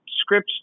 scripts